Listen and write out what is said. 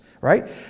right